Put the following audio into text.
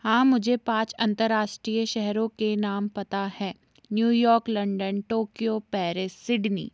हाँ मुझे पाँच अंतर्राष्टीय शहरों के नाम पता है New York London Tokyo Paris Sydney